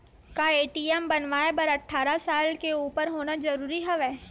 का ए.टी.एम बनवाय बर अट्ठारह साल के उपर होना जरूरी हवय?